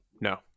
No